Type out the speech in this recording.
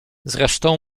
zresztą